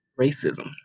racism